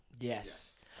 Yes